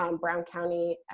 um brown county and